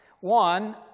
One